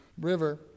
river